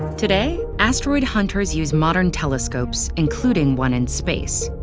today, asteroid hunters use modern telescopes, including one in space.